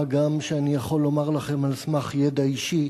מה גם שאני יכול לומר לכם, על סמך ידע אישי,